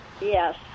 Yes